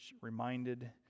reminded